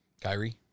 Kyrie